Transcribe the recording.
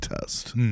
test